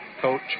Coach